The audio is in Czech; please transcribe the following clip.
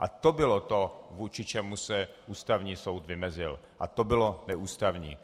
A to bylo to, vůči čemu se Ústavní soud vymezil, to bylo neústavní.